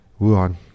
Wuhan